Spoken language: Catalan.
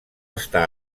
està